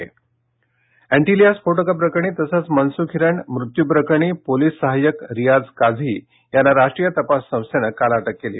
अटक एटीलिया स्फोटकं प्रकरणी तसंच मनसुख हिरेन मृत्यू प्रकरणी पोलिस सहाय्यक रियाज काझी यांना राष्ट्रीय तपास संस्थेने काल अटक केली